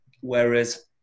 Whereas